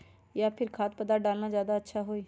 या फिर खाद्य पदार्थ डालना ज्यादा अच्छा होई?